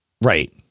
Right